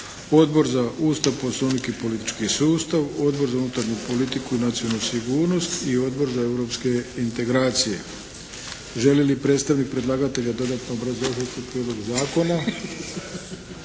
Odbor za Ustav, poslovnik i politički sustav, Odbor za unutarnju politiku i nacionalnu sigurnost i Odbor za europske integracije. Želi li predstavnik predlagatelja dodatno obrazložiti prijedlog zakona?